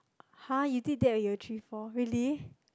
[hah] you did that when you were three four really